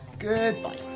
Goodbye